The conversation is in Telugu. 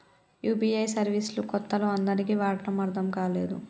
యూ.పీ.ఐ సర్వీస్ లు కొత్తలో అందరికీ వాడటం అర్థం కాలేదు